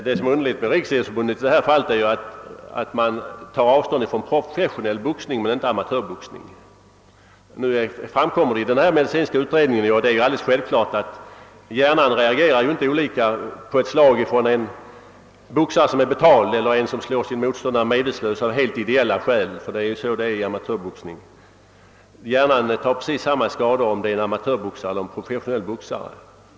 Det underliga är att Riksidrottsförbundet tar avstånd från professionell boxning men inte från amatörboxning. Av den medicinska utredningen framgår — vilket är alldeles självklart — att hjärnan inte reagerar olika på ett slag från en boxare som är betald och från en som slår sin motståndare medvetslös av helt ideella skäl, såsom man gör vid amatörboxning. Hjärnan skadas alltså precis lika mycket oavsett om det rör sig om amatörboxning eller professionell boxning.